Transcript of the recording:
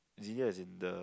Xenia is in the